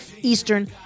Eastern